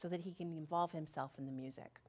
so that he can involve himself in the music